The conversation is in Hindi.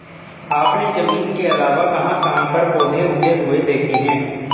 आपने जमीन के अलावा कहाँ कहाँ पर पौधे उगे हुए देखे हैं?